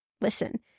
Listen